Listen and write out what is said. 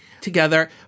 together